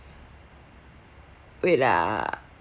wait ah